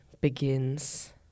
begins